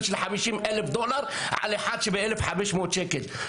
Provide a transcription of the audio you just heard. של 50,000 דולר על אחד של 1,500 שקלים.